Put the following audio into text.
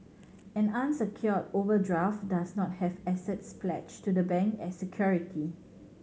an unsecured overdraft does not have assets pledged to the bank as security